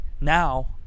now